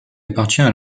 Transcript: appartient